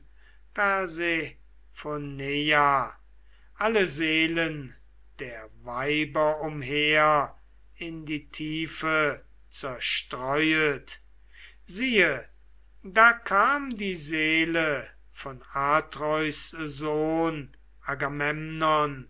alle seelen der weiber umher in die tiefe zerstreuet siehe da kam die seele von atreus sohn